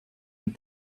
and